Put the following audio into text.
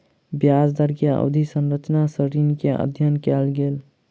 ब्याज दर के अवधि संरचना सॅ ऋण के अध्ययन कयल गेल